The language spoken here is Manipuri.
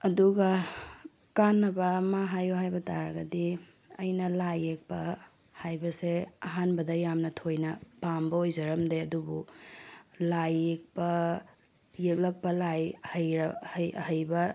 ꯑꯗꯨꯒ ꯀꯥꯟꯅꯕ ꯑꯃ ꯍꯥꯏꯌꯣ ꯍꯥꯏꯕ ꯇꯥꯔꯒꯗꯤ ꯑꯩꯅ ꯂꯥꯏ ꯌꯦꯛꯄ ꯍꯥꯏꯕꯁꯦ ꯑꯍꯥꯟꯕꯗ ꯌꯥꯝꯅ ꯊꯣꯏꯅ ꯄꯥꯝꯕ ꯑꯣꯏꯖꯔꯝꯗꯦ ꯑꯗꯨꯕꯨ ꯂꯥꯏ ꯌꯦꯛꯄ ꯌꯦꯛꯂꯛꯄ ꯂꯥꯏ ꯑꯍꯩ ꯑꯍꯩꯕ